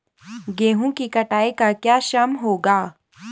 गेहूँ की कटाई का क्या श्रम होगा?